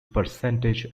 percentage